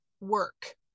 work